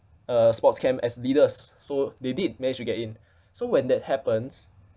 uh sports camp as leaders so they did manage to get in so when that happens